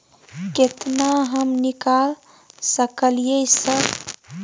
केतना हम निकाल सकलियै सर?